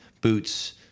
Boots